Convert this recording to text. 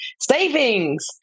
Savings